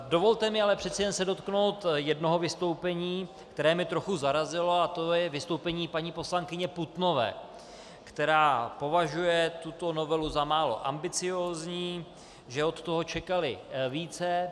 Dovolte mi ale přece jen se dotknout jednoho vystoupení, které mě trochu zarazilo, a to je vystoupení paní poslankyně Putnové, která považuje tuto novelu za málo ambiciózní, že od toho čekali více.